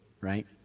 Right